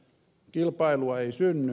kilpailua ei synny